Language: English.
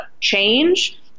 change